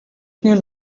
you